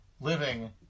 living